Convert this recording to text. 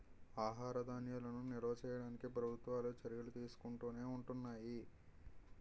ఆహార ధాన్యాలను నిల్వ చేయడానికి ప్రభుత్వాలు చర్యలు తీసుకుంటునే ఉంటున్నాయి